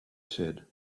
said